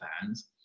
fans